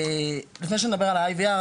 לפני שנדבר על ה-IVR ,